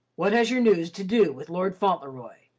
what has your news to do with lord fauntleroy?